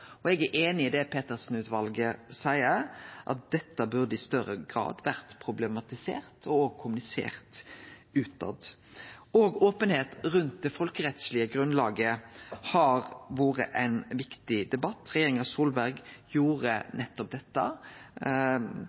dette. Eg er einig i det Petersen-utvalet seier, at dette burde i større grad vore problematisert og òg kommunisert utetter. Openheit rundt det folkerettslege grunnlaget har òg vore ein viktig debatt. Regjeringa Solberg hadde nettopp